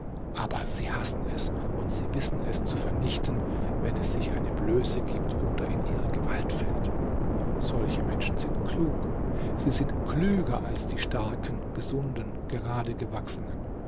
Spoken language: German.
aber sie hassen es und sie wissen es zu vernichten wenn es sich eine blöße gibt oder in ihre gewalt fällt solche menschen sind klug sie sind klüger als die starken gesunden geradegewachsenen